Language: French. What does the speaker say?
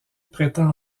prétend